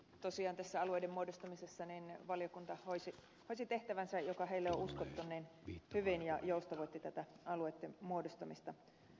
tosiaan tässä alueiden muodostamisessa valiokunta hoiti hyvin tehtävänsä joka heille on uskottu ja joustavoitti tätä alueitten muodostamista